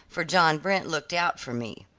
for john brent looked out for me.